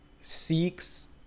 seeks